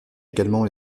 également